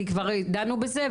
כי כבר דנו בזה,